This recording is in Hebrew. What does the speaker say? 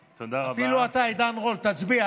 אפילו אתה, עידן רול, תצביע.